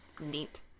Neat